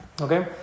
Okay